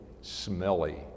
smelly